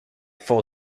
full